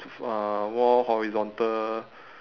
uh wall horizontal